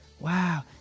Wow